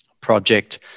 project